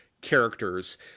characters